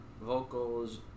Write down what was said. vocals